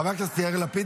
חבר הכנסת יאיר לפיד,